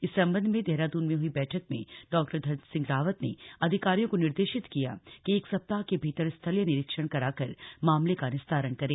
इस संबंध में देहरादून में हुई बैठक में डॉ धन सिंह रावत ने अधिकारियों को निर्देशित किया कि एक सप्ताह के भीतर स्थलीय निरीक्षण कराकर मामले का निस्तारण करें